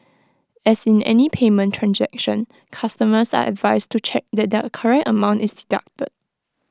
as in any payment transaction customers are advised to check that the correct amount is deducted